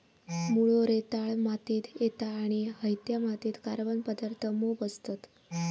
मुळो रेताळ मातीत येता आणि हयत्या मातीत कार्बन पदार्थ मोप असतत